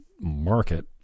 market